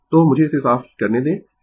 तो मुझे इसे साफ करने दें